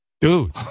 Dude